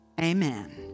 Amen